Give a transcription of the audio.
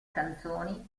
canzoni